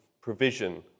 provision